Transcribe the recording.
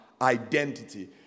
identity